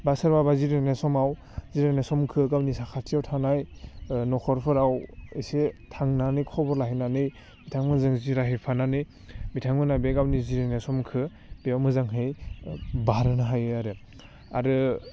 बा सोरबाबा जिरायनाय समाव जिरायनाय समखो गावनि साखाथियाव थानाय नखरफोराव एसे थांनानै खबर लाहैनानै बिथांमोनजों जिरायहैफानानै बिथांमोना बे गावनि जिरायनाय समखो बेयाव मोजांहै बारहोनो हायो आरो आरो